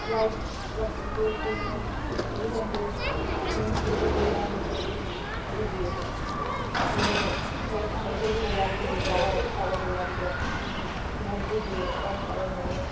light ꯂꯥꯛꯇꯕꯗꯨ ꯀꯔꯤꯅꯣ ꯍꯧꯖꯤꯛꯀꯥꯟꯗꯣ ꯅꯣꯡ ꯆꯨꯕꯒꯤꯔꯥ ꯑꯗꯨꯒꯤ ꯀꯩꯅꯣ ꯑꯩꯈꯣꯏꯗꯤ ꯌꯥꯗꯕꯒꯤ ꯄꯋꯥꯔ ꯄꯋꯥꯔꯗ ꯌꯥꯗꯕ ꯑꯗꯨ ꯌꯥꯗꯕꯒꯤ ꯑꯣꯐ ꯇꯧꯔꯝꯒꯅꯤ